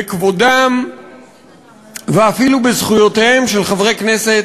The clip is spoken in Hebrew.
בכבודם ואפילו בזכויותיהם של חברי הכנסת